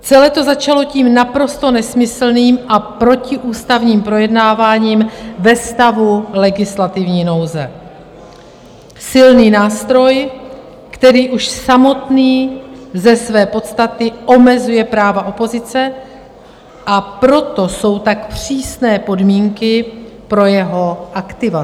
Celé to začalo tím naprosto nesmyslným a protiústavním projednáváním ve stavu legislativní nouze silný nástroj, který už samotný ze své podstaty omezuje práva opozice, a proto jsou tak přísné podmínky pro jeho aktivaci.